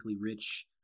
rich